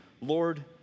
Lord